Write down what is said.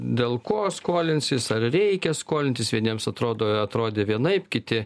dėl ko skolinsis ar reikia skolintis vieniems atrodo atrodė vienaip kiti